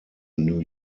new